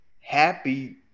happy